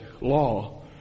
law